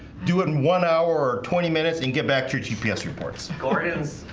do it in one hour or twenty minutes and get back to your tps reports core is?